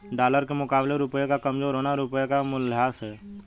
dollar के मुकाबले रुपए का कमज़ोर होना रुपए का मूल्यह्रास है